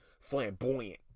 flamboyant